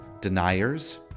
deniers